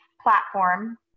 platform